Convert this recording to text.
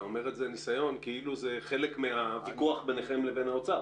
אתה אומר 'ניסיון' כאילו זה חלק מהוויכוח ביניכם לבין האוצר.